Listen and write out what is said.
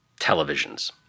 televisions